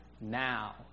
now